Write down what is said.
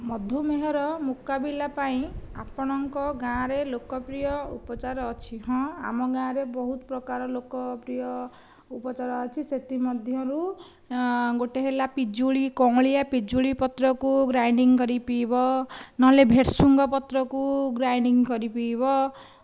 ମଧୁମେହର ମୁକାବିଲା ପାଇଁ ଆପଣଙ୍କ ଗାଁରେ ଲୋକପ୍ରିୟ ଉପଚାର ଅଛି ହଁ ଆମ ଗାଁରେ ବହୁତ ପ୍ରକାର ଲୋକପ୍ରିୟ ଉପଚାର ଆଛି ସେଥିମଧ୍ୟରୁ ଗୋଟିଏ ହେଲା ପିଜୁଳି କଅଁଳିଆ ପିଜୁଳି ପତ୍ରକୁ ଗ୍ରାଇଣ୍ଡିଙ୍ଗ କରିକି ପିଇବ ନ ହେଲେ ଭେର୍ସୁଙ୍ଗ ପତ୍ରକୁ ଗ୍ରାଇଣ୍ଡିଙ୍ଗ କରି ପିଇବ